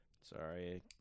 Sorry